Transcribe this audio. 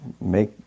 make